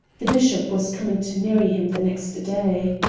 the bishop was coming to marry him the next day.